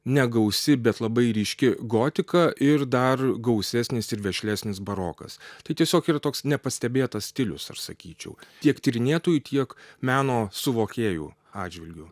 negausi bet labai ryški gotika ir dar gausesnis ir vešlesnis barokas tai tiesiog yra toks nepastebėtas stilius ar sakyčiau tiek tyrinėtojų tiek meno suvokėjų atžvilgiu